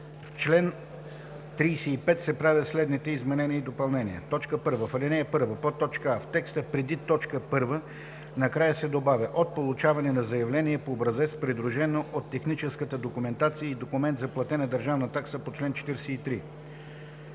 В чл. 35 се правят следните изменения и допълнения: 1. В ал. 1: а) в текста преди т. 1 накрая се добавя „от получаване на заявление по образец, придружено от техническата документация и документ за платена държавна такса по чл. 43“;